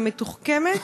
ומתוחכמת.